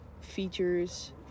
features